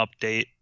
update